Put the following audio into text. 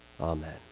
amen